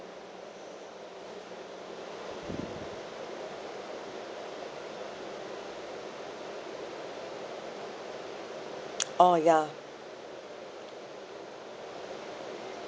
oh ya